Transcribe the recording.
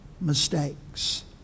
mistakes